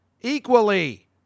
equally